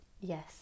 Yes